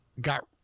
got